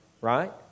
Right